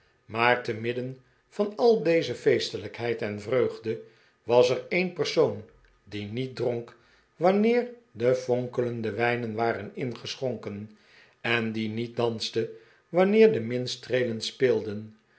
maar te midden van al deze feestelijkheid en vreugde was er een persoon die niet dronk wanneer de fonkelende wijnen waren ingeschonken en die niet danste wanneer de minstreelen speelden